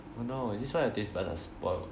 oh no is this why your taste buds are spoilt